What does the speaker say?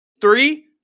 Three